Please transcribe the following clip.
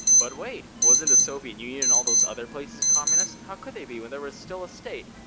but wait, wasn't the soviet union and all those other places communist? how could they be when there was still a state?